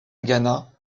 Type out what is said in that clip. gannat